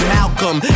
Malcolm